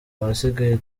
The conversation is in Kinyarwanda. abasigaye